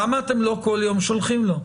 למה אתם לא כל יום שולחים לו?